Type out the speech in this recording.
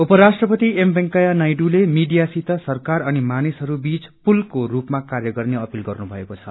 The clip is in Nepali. उपराष्ट्रपति एम वेंकैया नायडूले मीडियासित सरकार अनि मानिसहरूबीच पुलको रूपमा कार्य गर्ने अपिल गर्नु भएको छ